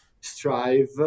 strive